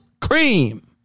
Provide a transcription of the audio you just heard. Cream